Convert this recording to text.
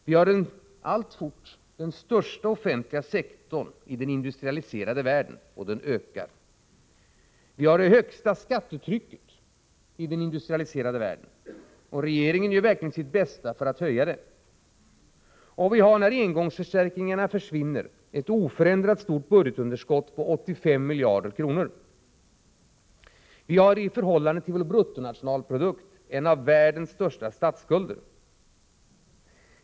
Vi har alltfort den största offentliga sektorn i den industrialiserade världen, och den ökar. Vi har det högsta skattetrycket i den industrialiserade världen — och regeringen gör verkligen sitt bästa för att höja det — och vi har, när engångsförstärkningarna försvinner, ett oförändrat stort budgetunderskott på 85 miljarder kronor. Vi har i förhållande tiil vår bruttonationalprodukt en av världens största statsskulder.